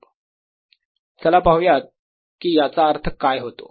Br04πIdl×r rr r3 चला पाहूयात कि याचा अर्थ काय होतो